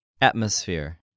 Atmosphere